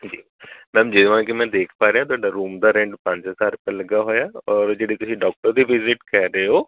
ma'am ਜਿਵੇਂ ਕਿ ਮੈਂ ਦੇਖ ਪਾ ਰਿਹਾ ਤੁਹਾਡਾ ਰੂਮ ਦਾ ਰੇਂਟ ਪੰਜ ਹਜ਼ਾਰ ਰੁਪਏ ਲੱਗਾ ਹੋਇਆ ਔਰ ਜਿਹੜੇ ਤੁਸੀਂ ਡਾਕਟਰ ਦੀ ਵਿਜਿਟ ਕਹਿ ਰਹੇ ਹੋ